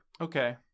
Okay